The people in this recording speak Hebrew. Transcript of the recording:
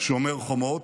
שומר חומות,